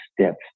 steps